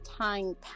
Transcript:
time